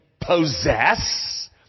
possess